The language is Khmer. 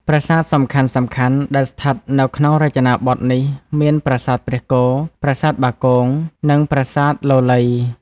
ប្រាសាទ សំខាន់ៗដែលស្ថិតនៅក្នុងរចនាបថនេះមាន ប្រាសាទព្រះគោ ប្រាសាទបាគង និងប្រាសាទលលៃ។